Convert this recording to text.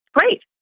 Great